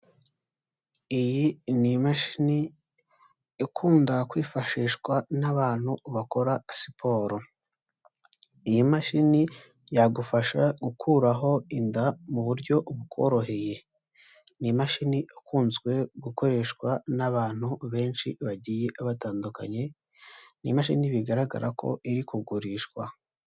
Iyi ni imashini ikunda kwifashishwa n'abantu bakora siporo. Iyi mashini yagufasha gukuraho inda mu buryo bukoroheye. Ni imashini ikunzwe gukoreshwa n'abantu benshi bagiye batandukanye, ni imashini bigaragara ko iri kugurishwa.